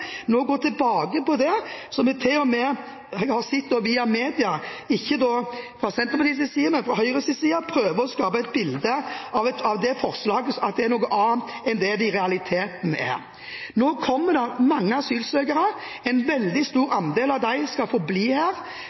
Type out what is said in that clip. nå går tilbake på det som vi til og med har sett at Høyre i media, ikke Senterpartiet, prøver å skape et bilde av dette forslaget, at det er noe annet enn det det i realiteten er. Nå kommer det mange asylsøkere. En veldig stor andel av dem skal få bli her.